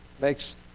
makes